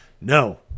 No